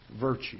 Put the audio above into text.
virtue